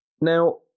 now